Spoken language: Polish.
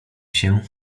się